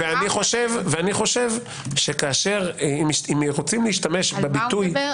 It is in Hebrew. אני חושב שאם רוצים להשתמש בביטוי